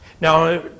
Now